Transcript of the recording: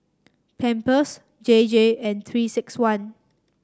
Pampers J J and Three six one